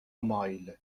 مایل